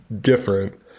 different